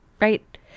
right